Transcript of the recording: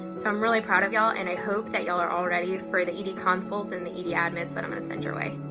so i'm really proud of y'all. and i hope that y'all are all ready for the ed-consults and the the ed-admits that i'm gonna send your way.